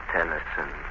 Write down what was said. Tennyson